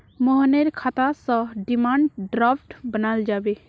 मोहनेर खाता स डिमांड ड्राफ्ट बनाल जाबे